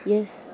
यस